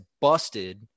busted